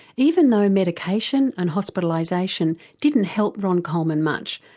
even though medication and hospitalisation didn't help ron coleman much,